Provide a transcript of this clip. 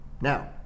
now